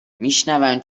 میشونم